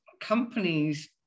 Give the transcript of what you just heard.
companies